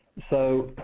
so,